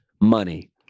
money